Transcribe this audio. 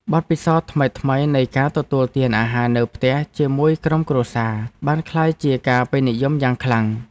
បទពិសោធន៍ថ្មីៗនៃការទទួលទានអាហារនៅផ្ទះជាមួយក្រុមគ្រួសារបានក្លាយជាការពេញនិយមយ៉ាងខ្លាំង។